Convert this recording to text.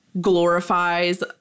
glorifies